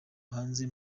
hanze